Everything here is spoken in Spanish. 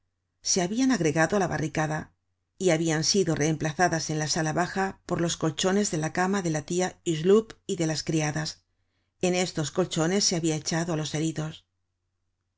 se habian agregado á la barricada y habian sido reemplazadas en la sala baja por los colchones de la cama de la tia hucheloup y de las criadas en estos colchones se habia echado á los heridos